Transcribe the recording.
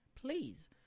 please